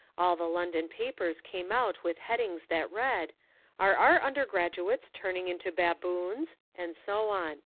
all the london papers came out with headings that read are our undergraduates turning into baboons? and so on.